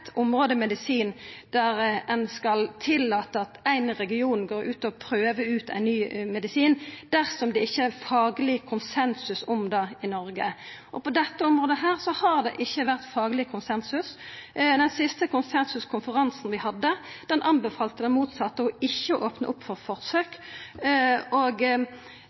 område i medisinen der ein skal tillata at éin region går ut og prøver ut ein ny medisin dersom det ikkje er fagleg konsensus om det i Noreg. På dette området har det ikkje vore fagleg konsensus. Den siste konsensuskonferansen vi hadde, anbefalte det motsette – ikkje å opna opp for forsøk. Og